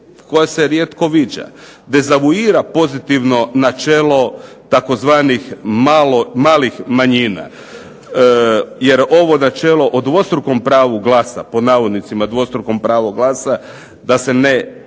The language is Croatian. koja se rijetko viđa. Dezavuira pozitivno načelo tzv. malih manjina, jer ovo načelo o dvostrukom pravu glasa, "dvostrukom pravu glasa", da se ne